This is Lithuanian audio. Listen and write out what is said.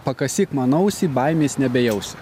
pakasyk man ausį baimės nebejausi